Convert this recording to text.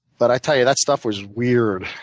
but i tell you, that stuff was weird.